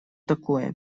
такое